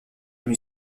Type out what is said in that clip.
même